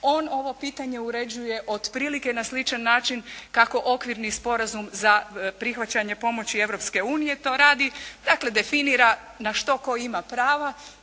On ovo pitanje uređuje otprilike na sličan način kako okvirni Sporazum za prihvaćanje pomoći Europske unije to radi, dakle definira na što tko ima prava